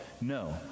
No